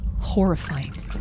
horrifying